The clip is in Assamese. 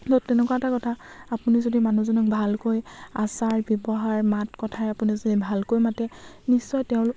ত' তেনেকুৱা এটা কথা আপুনি যদি মানুহজনক ভালকৈ আচাৰ ব্যৱহাৰ মাত কথাই আপুনি যদি ভালকৈ মাতে নিশ্চয় তেওঁ